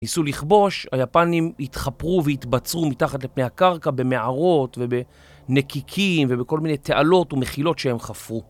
ניסו לכבוש, היפנים התחפרו והתבצרו מתחת לפני הקרקע, במערות ובנקיקים ובכל מיני תעלות ומחילות שהם חפרו.